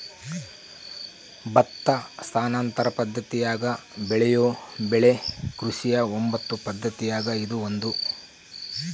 ಭತ್ತ ಸ್ಥಾನಾಂತರ ಪದ್ದತಿಯಾಗ ಬೆಳೆಯೋ ಬೆಳೆ ಕೃಷಿಯ ಒಂಬತ್ತು ಪದ್ದತಿಯಾಗ ಇದು ಒಂದು